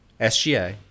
SGA